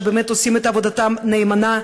שבאמת עושים את עבודתם נאמנה,